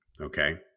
Okay